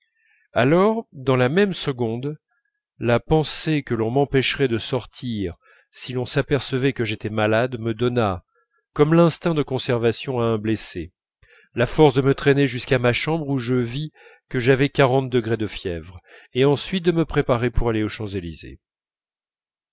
alors dans la même seconde la pensée que l'on m'empêcherait de sortir si l'on s'apercevait que j'étais malade me donna tel l'instinct de conservation à un blessé la force de me traîner jusqu'à ma chambre où je vis que javais o de fièvre et ensuite de me préparer pour aller aux champs-élysées